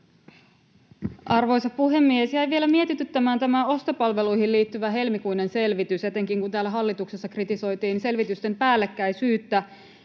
Arvoisa puhemies! Jäi vielä mietityttämään tämä ostopalveluihin liittyvä helmikuinen selvitys, etenkin kun täällä hallituksessa kritisoitiin selvitysten päällekkäisyyttä.